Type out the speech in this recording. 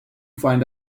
find